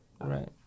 Right